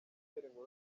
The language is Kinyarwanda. nkurunziza